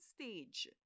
stage